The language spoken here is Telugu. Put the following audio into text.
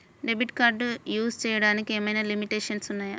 డెబిట్ కార్డ్ యూస్ చేయడానికి ఏమైనా లిమిటేషన్స్ ఉన్నాయా?